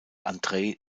andrei